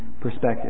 perspective